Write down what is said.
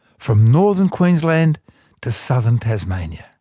from northern queensland to southern tasmania.